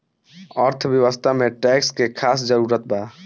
अर्थव्यवस्था में टैक्स के खास जरूरत बा